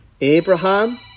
Abraham